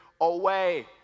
away